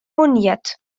moniert